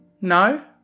no